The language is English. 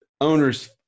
owners